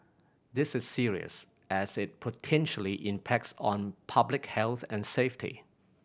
this is serious as it potentially impacts on public health and safety